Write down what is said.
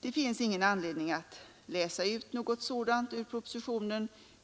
Det finns ingen anledning att läsa ut något sådant ur propositionen.